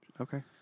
Okay